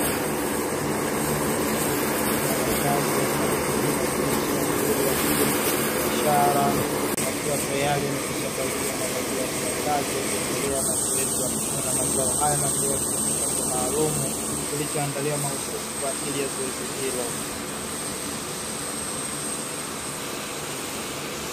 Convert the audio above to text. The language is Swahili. Mfanyakazi wa kampuni inayojihusisha na shughuli za kilimo cha kibiashara, akiwa tayari amekwisha valia mavazi yake ya kazi akiendelea na zoezi la kuvuna mazao hayo na kuyaweka kwenye chombo maalumu, kilichoandaliwa mahususi kwa ajili ya zoezi hilo.